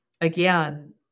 again